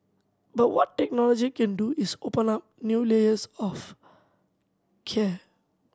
but what technology can do is open up new layers of care